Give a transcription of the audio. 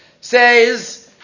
Says